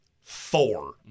four